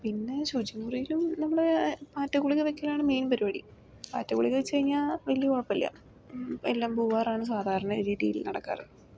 പിന്നെ ശുചിമുറിയിലും നമ്മൾ പാറ്റ ഗുളിക വെക്കലാണ് മെയിൻ പരിപാടി പാറ്റ ഗുളിക വെച്ച് കഴിഞ്ഞാൽ വലിയ കുഴപ്പമില്ല എല്ലാം പോകാറാണ് സാധാരണ രീതിയിൽ നടക്കാറ്